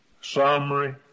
summary